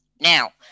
Now